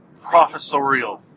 professorial